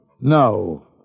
No